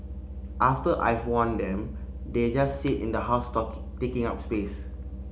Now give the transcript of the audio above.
after I've worn them they just sit in the house talking taking up space